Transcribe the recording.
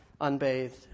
unbathed